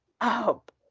up